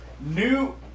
new